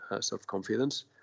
self-confidence